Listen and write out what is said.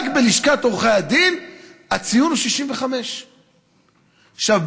רק בלשכת עורכי הדין הציון הוא 65. עכשיו,